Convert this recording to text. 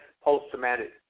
post-traumatic